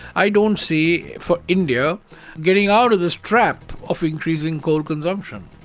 i don't see for india getting out of this trap of increasing coal consumption.